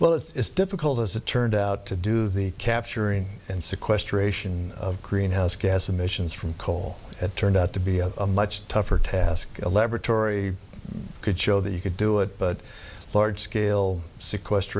well it's difficult as it turned out to do the capturing and sequester ration of greenhouse gas emissions from coal at turned out to be a much tougher task a laboratory could show that you could do it but large scale sequester